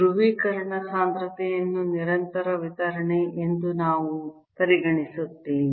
ಧ್ರುವೀಕರಣ ಸಾಂದ್ರತೆಯನ್ನು ನಿರಂತರ ವಿತರಣೆ ಎಂದು ನಾವು ಪರಿಗಣಿಸುತ್ತೇವೆ